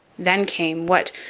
then came what,